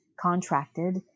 contracted